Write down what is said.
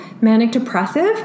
manic-depressive